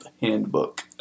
handbook